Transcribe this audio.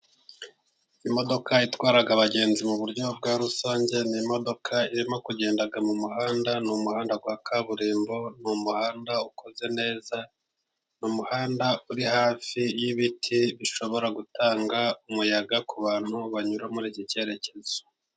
Imodoka itwara abagenzi mu buryo bwa rusange ni imodoka, irimo kugenda mu muhanda, ni umuhanda wa kaburimbo, n' umuhanda ukoze neza ni umuhanda uri hafi y' ibiti bishobora gutanga umuyaga kubantu banyura muri iki cyerekezo.